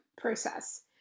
process